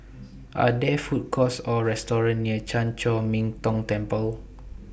Are There Food Courts Or Restaurant near Chan Chor Min Tong Temple